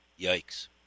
yikes